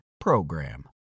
PROGRAM